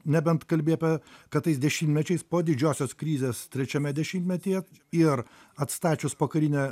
nebent kalbi apie kad tais dešimtmečiais po didžiosios krizės trečiame dešimtmetyje ir atstačius pokarinę